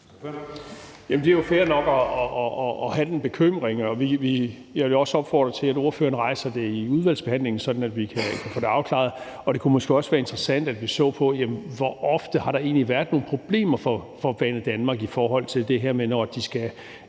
det er jo fair nok at have den bekymring, og jeg vil også opfordre til, at spørgeren rejser det i udvalgsbehandlingen, sådan at vi kan få det afklaret. Det kunne måske også være interessant, at vi så på, hvor ofte der egentlig har været problemer for Banedanmark, når de skal